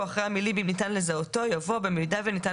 "אחרי המילים 'אם ניתן לזהותו' יבוא 'במידה וניתן